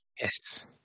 Yes